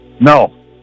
No